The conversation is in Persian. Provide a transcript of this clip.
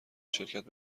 شرکت